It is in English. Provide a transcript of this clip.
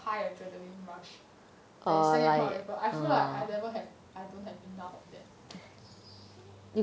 high adrenaline rush like you stand in front of people I feel like I never have I don't have enough of that